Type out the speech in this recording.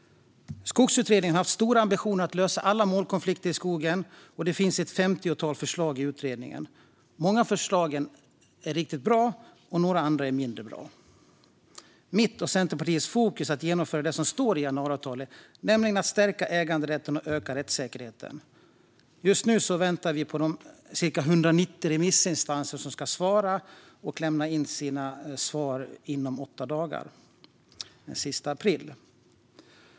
Skogsutredningen har haft stora ambitioner att lösa alla målkonflikter i skogen, och det finns ett femtiotal förslag i utredningen. Många förslag är riktigt bra, och några andra är mindre bra. Mitt och Centerpartiets fokus är att genomföra det som står i januariavtalet, nämligen att stärka äganderätten och öka rättssäkerheten. Just nu väntar vi på de cirka 190 remissinstanser som ska lämna in sina svar inom åtta dagar - senast den 30 april.